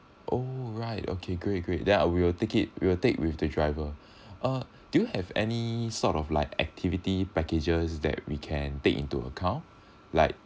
oh right okay great great then I will we will take it we'll take with the driver uh do you have any sort of like activity packages that we can take into account like